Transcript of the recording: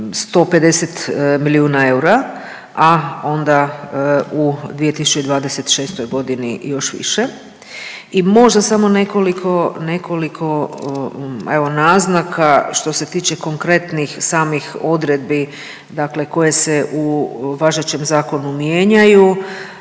150 milijuna eura, a onda u 2026. godini još više i možda samo nekoliko, nekoliko evo naznaka što se tiče konkretnih samih odredbi dakle koje se u važećem zakonu mijenjaju.